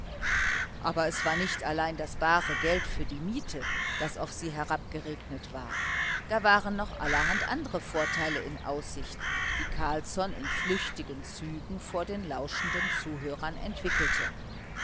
aber es war nicht allein das bare geld für die miete das auf sie herabgeregnet war da waren noch allerhand andre vorteile in aussicht die carlsson in flüchtigen zügen vor den lauschenden zuhörern entwickelte